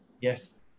Yes